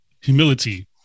humility